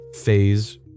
phase